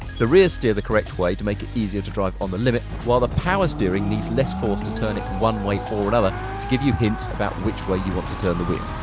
the rears steer the correct way to make it easier to drive on the limit while the power steering needs less force to turn it one way or another to give you hints about which way you want to turn the wheel.